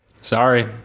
Sorry